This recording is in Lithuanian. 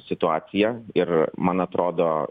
situacija ir man atrodo